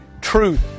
Truth